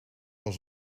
was